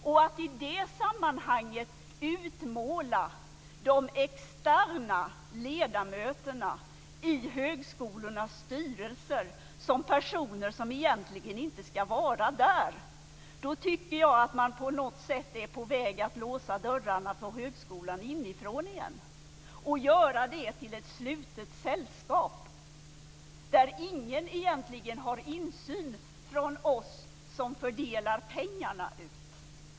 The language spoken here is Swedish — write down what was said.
När man i det sammanhanget utmålar de externa ledamöterna i högskolornas styrelser som personer som egentligen inte ska vara där tycker jag att man på något sätt är på väg att låsa dörrarna till högskolan inifrån igen och göra den till ett slutet sällskap där ingen egentligen har insyn från oss som fördelar ut pengarna.